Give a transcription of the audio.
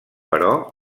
però